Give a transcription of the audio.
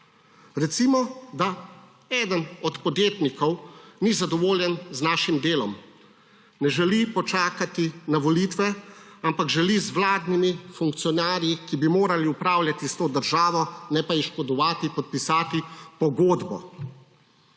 Recimo, da eden od podjetnikov ni zadovoljen z našim delom, ne želi počakati na volitve, ampak želi z vladnimi funkcionarji, ki bi morali upravljati s to državo, ne pa ji škodovati, podpisati pogodbo